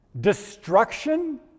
Destruction